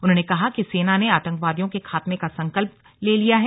उन्होंने कहा कि सेना ने आतंकवादियों के खात्मे का संकल्प ले लिया है